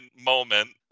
moment